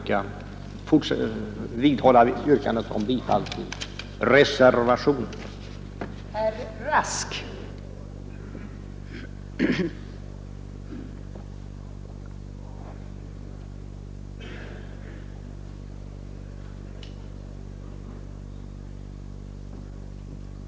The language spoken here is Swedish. Jag vidhåller yrkandet om bifall till reservationen 4.